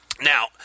Now